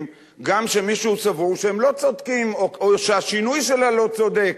גם כשמישהו סבור שהם לא צודקים או שהשינוי שלהם לא צודק.